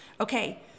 Okay